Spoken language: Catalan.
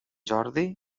jordi